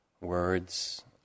words